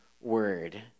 word